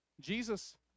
Jesus